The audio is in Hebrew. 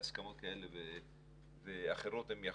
בהסכמות כאלה ואחרות, הם יחזרו.